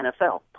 NFL